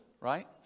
right